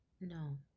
No